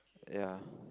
ya